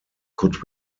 could